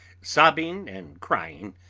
sobbing and crying,